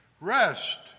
Rest